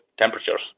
temperatures